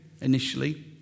initially